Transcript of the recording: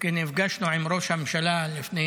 כשנפגשנו עם ראש הממשלה לפני